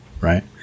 right